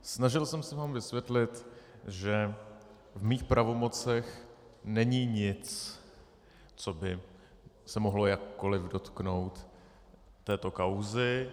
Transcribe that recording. Snažil jsem se vám vysvětlit, že v mých pravomocech není nic, co by se mohlo jakkoliv dotknout této kauzy.